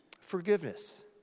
forgiveness